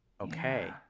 Okay